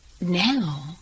now